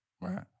right